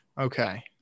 Okay